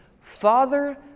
Father